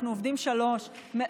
אנחנו עובדים שלוש שנים,